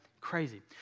Crazy